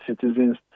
citizens